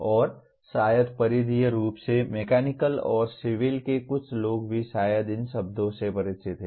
और शायद परिधीय रूप से मैकेनिकल और सिविल के कुछ लोग भी शायद इन शब्दों से परिचित हों